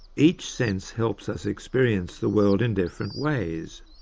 each sense helps us experience the world in different ways.